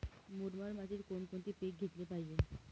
मुरमाड मातीत कोणकोणते पीक घेतले पाहिजे?